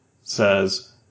says